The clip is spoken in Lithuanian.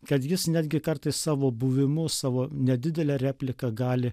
kad jis netgi kartais savo buvimu savo nedidele replika gali